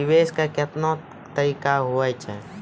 निवेश के कितने तरीका हैं?